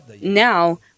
now